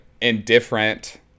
indifferent